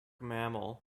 mammal